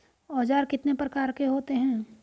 औज़ार कितने प्रकार के होते हैं?